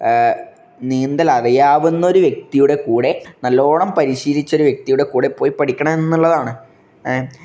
നീന്തലറിയാവുന്ന ഒരു വ്യക്തിയുടെ കൂടെ നല്ലോണം പരിശീലിച്ച ഒരു വ്യക്തിയുടെ കൂടെ പോയി പഠിക്കണമെന്നുള്ളതാണ്